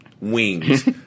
wings